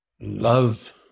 love